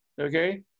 okay